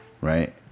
right